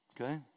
Okay